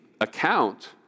account